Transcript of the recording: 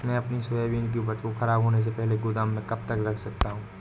मैं अपनी सोयाबीन की उपज को ख़राब होने से पहले गोदाम में कब तक रख सकता हूँ?